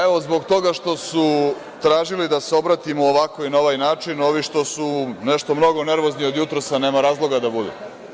Evo, zbog toga što su tražili da se obratimo ovako i na ovaj način ovi što su nešto mnogo nervozni od jutros, a nema razloga da budu.